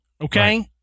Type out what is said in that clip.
okay